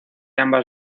ambas